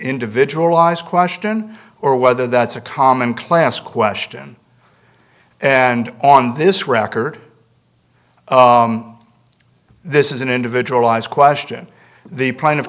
individualized question or whether that's a common class question and on this record this is an individualized question the pla